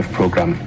program